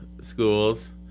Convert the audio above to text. schools